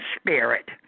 Spirit